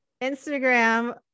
Instagram